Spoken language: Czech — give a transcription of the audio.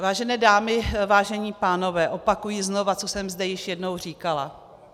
Vážené dámy, vážení pánové, opakuji znovu, co jsem zde již jednou říkala.